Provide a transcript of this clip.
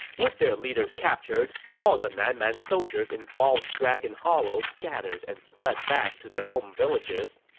with their leaders captured, all the nan man soldiers in bald dragon hollow scattered and fled back to their home villages.